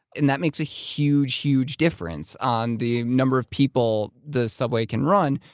and that makes a huge, huge difference on the number of people the subway can run.